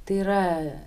tai yra